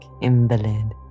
invalid